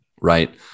Right